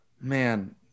man